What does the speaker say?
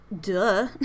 Duh